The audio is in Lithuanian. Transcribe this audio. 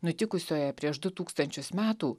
nutikusioje prieš du tūkstančius metų